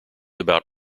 about